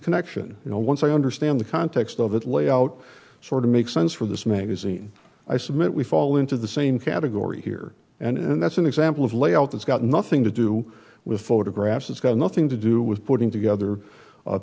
connection you know once i understand the context of it layout sort of makes sense for this magazine i submit we fall into the same category here and that's an example of layout that's got nothing to do with photographs it's got nothing to do with putting together